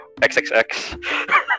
XXX